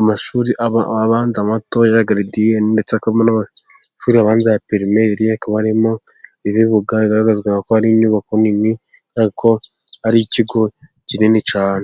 amashuri y'abana mato ya garidiyeni ndetse akaba n'amashuri abanza ya pirimeri hakaba arimo ibibuga bigaragazwa ko hari inyubako nini ntako ari ikigo kinini cyane.